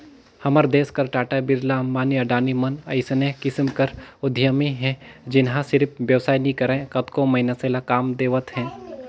हमर देस कर टाटा, बिरला, अंबानी, अडानी मन अइसने किसिम कर उद्यमी हे जेनहा सिरिफ बेवसाय नी करय कतको मइनसे ल काम देवत हे